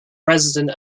resident